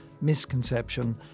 misconception